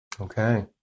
Okay